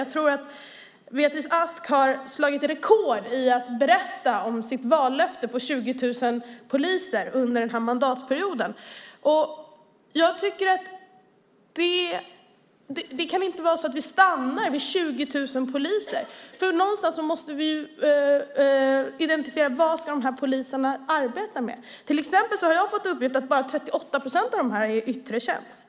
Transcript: Jag tror att Beatrice Ask har slagit rekord i att berätta om sitt vallöfte på 20 000 poliser under den här mandatperioden. Det kan inte vara så att vi stannar vid 20 000 poliser. På något sätt måste vi identifiera vad de här poliserna ska arbeta med. Jag har till exempel fått en uppgift om att bara 38 procent av dessa är i yttre tjänst.